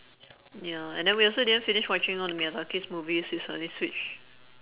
ya and then we also didn't finish watching all the miyazakis movies we suddenly switch